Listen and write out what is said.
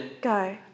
Go